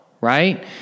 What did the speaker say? Right